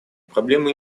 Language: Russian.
проблемы